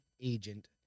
agent